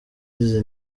izi